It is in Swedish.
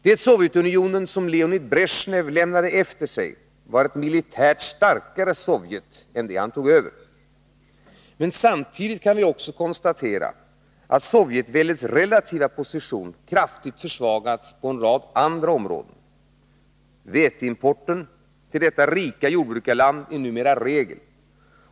Det Sovjetunionen som Leonid Bresjnev lämnade efter sig var ett militärt starkare Sovjetunionen än det han tog över. Men samtidigt kan vi också konstatera att Sovjetväldets relativa position kraftigt har försvagats på en rad andra områden. Veteimporten till detta rika jordbruksland är numera regel.